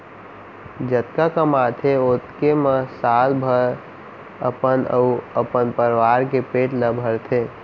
जतका कमाथे ओतके म साल भर अपन अउ अपन परवार के पेट ल भरथे